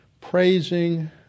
praising